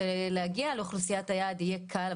שלהגיע לאוכלוסיית היעד יהיה קל.